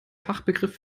fachbegriff